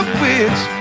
witch